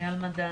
שלום.